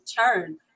turn